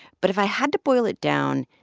but if i had to boil it down,